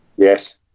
Yes